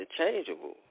interchangeable